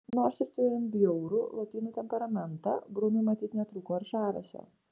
nors ir turint bjaurų lotynų temperamentą brunui matyt netrūko ir žavesio